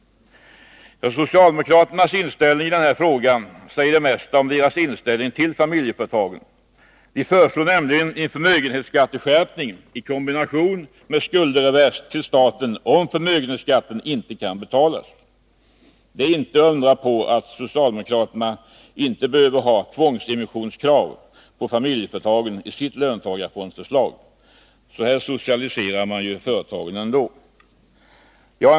Socialdemokraternas inställning i denna fråga säger det mesta om deras inställning till familjeföretagen. De föreslår nämligen en förmögenhetsskatteskärpning i kombination med skuldrevers till staten om förmögenhetsskatten inte kan betalas. Det är inte att undra på att socialdemokraterna inte behöver ha tvångsemissionskrav på familjeföretagen i sitt löntagarfondsförslag. Så här socialiserar man ju företagen ändå. Fru talman!